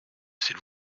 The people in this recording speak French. s’il